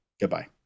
Goodbye